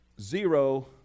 zero